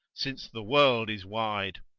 since the world is wide